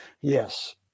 Yes